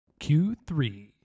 Q3